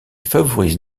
favorise